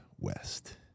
west